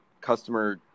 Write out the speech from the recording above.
customer